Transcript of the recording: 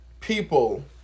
people